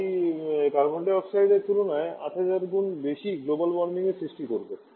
তাই কার্বন ডাই অক্সাইডের তুলনায় 8000 গুণ বেশি গ্লোবাল ওয়ার্মিং এটি সৃষ্টি করবে